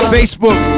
Facebook